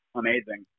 amazing